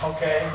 Okay